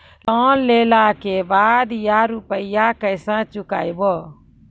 Loan लेला के बाद या रुपिया केसे चुकायाबो?